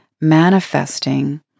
manifesting